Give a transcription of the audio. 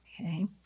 okay